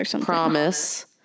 promise